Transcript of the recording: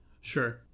sure